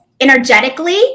energetically